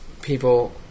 people